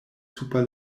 super